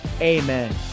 Amen